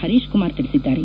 ಹರೀಶಕುಮಾರ್ ತಿಳಿಸಿದ್ದಾರೆ